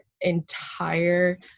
entire